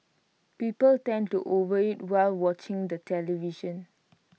people tend to overeat while watching the television